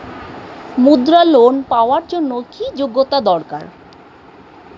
মুদ্রা লোন পাওয়ার জন্য কি যোগ্যতা দরকার?